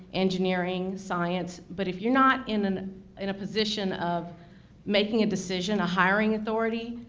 engineering, science, but if you're not in and in a position of making a decision, a hiring authority,